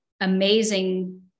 amazing